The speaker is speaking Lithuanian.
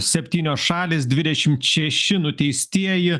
septynios šalys dvidešimt šeši nuteistieji